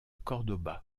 córdoba